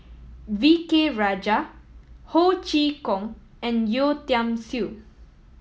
V K Rajah Ho Chee Kong and Yeo Tiam Siew